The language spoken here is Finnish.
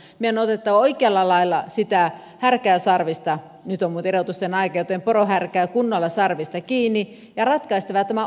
meidän on otettava oikealla lailla sitä härkää sarvista nyt on muuten erotusten aika joten porohärkää kunnolla sarvista kiinni ja ratkaistava tämä ongelma